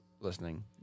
listening